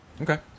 Okay